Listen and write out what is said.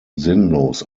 sinnlos